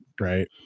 right